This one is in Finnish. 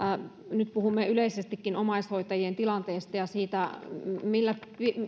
nyt puhumme yleisestikin omaishoitajien tilanteesta ja siitä millä